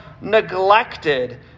neglected